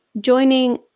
joining